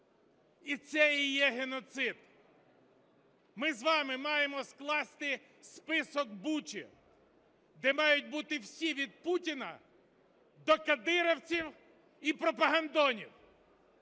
І це і є геноцид. Ми з вами маємо скласти "список Бучі", де мають бути всі: від Путіна до кадирівців і пропагандонів.